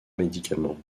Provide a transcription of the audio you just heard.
médicaments